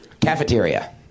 Cafeteria